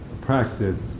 practice